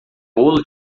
bolo